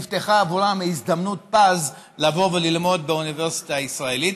נפתחה עבורם הזדמנות פז לבוא וללמוד באוניברסיטה ישראלית.